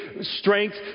strength